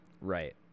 Right